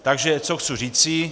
Takže co chci říci.